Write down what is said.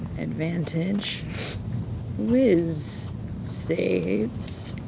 advantage wis saves.